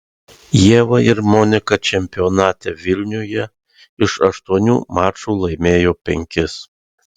ieva ir monika čempionate vilniuje iš aštuonių mačų laimėjo penkis